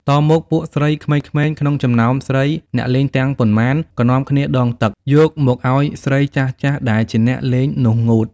តមកពួកស្រីក្មេងៗ ក្នុងចំណោមស្រី អ្នកលេងទាំងប៉ុន្មាន ក៏នាំគ្នាដងទឹក យកមកឲ្យស្រីចាស់ៗ ដែលជាអ្នកលេងនោះងូត។